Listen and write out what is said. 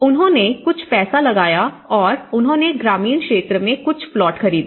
उन्होंने कुछ पैसा लगाया और उन्होंने ग्रामीण क्षेत्र में कुछ प्लॉट खरीदे